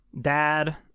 Dad